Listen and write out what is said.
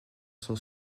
son